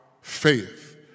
faith